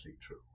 true